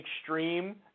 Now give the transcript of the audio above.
extreme